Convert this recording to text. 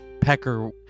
pecker